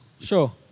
Sure